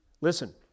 Listen